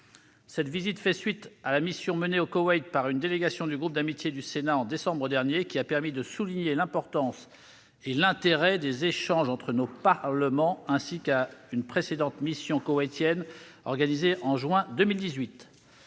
Cette visite fait suite à la mission menée au Koweït par une délégation du groupe d'amitié du Sénat en décembre dernier, qui a permis de souligner l'importance et l'intérêt des échanges entre nos parlements, ainsi qu'à une précédente mission koweïtienne, organisée en juin 2018.